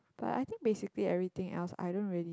but I think basically everything else I don't really